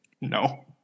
No